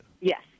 Yes